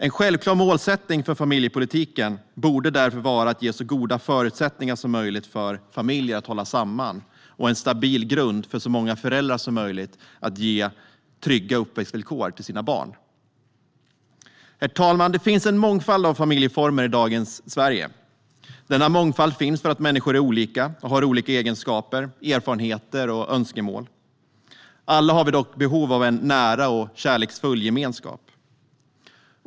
En självklar målsättning för familjepolitiken borde därför vara att ge så goda förutsättningar som möjligt för familjer att hålla samman och en stabil grund för så många föräldrar som möjligt att ge trygga uppväxtvillkor till sina barn. Herr talman! Det finns en mångfald av familjeformer i dagens Sverige. Denna mångfald finns för att människor är olika och har olika egenskaper, erfarenheter och önskemål. Alla har vi dock behov av en nära och kärleksfull gemenskap.